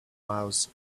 miles